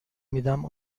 میدم